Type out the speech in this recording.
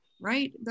right